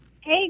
Hey